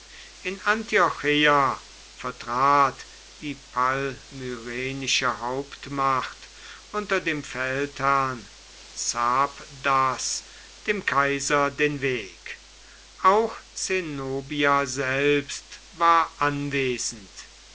in antiocheia vertrat die palmyrenische hauptmacht unter dem feldherrn zabdas dem kaiser den weg auch zenobia selbst war anwesend